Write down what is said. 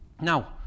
Now